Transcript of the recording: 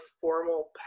formal